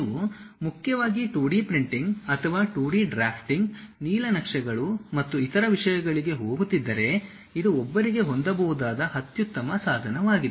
ನೀವು ಮುಖ್ಯವಾಗಿ 2D printing ಅಥವಾ 2D ಡ್ರಾಫ್ಟಿಂಗ್ ನೀಲನಕ್ಷೆಗಳು ಮತ್ತು ಇತರ ವಿಷಯಗಳಿಗೆ ಹೋಗುತ್ತಿದ್ದರೆ ಇದು ಒಬ್ಬರಿಗೆ ಹೊಂದಬಹುದಾದ ಅತ್ಯುತ್ತಮ ಸಾಧನವಾಗಿದೆ